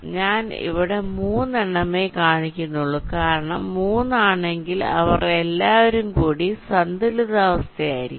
ഞാൻ ഇവിടെ 3 എണ്ണമേ കാണിക്കുന്നുള്ളു കാരണം 3 ആണെങ്കിൽ അവർ എല്ലാരും കൂടി സന്തുലിതാവസ്ഥയിൽ ആയിരിക്കും